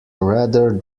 rather